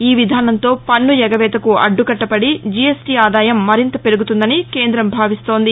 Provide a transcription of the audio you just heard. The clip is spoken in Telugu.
ఈ విధానంతో పన్ను ఎగవేతకు అడ్డుకట్టపడి జీఎస్టీ ఆదాయం మరింత పెరుగుతుందని కేంద్రం భావిస్తోంది